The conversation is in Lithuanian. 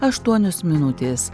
aštuonios minutės